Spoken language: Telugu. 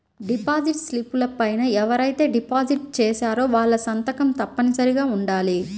డిపాజిట్ స్లిపుల పైన ఎవరైతే డిపాజిట్ చేశారో వాళ్ళ సంతకం తప్పనిసరిగా ఉండాలి